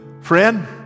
friend